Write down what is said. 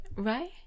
right